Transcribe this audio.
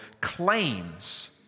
claims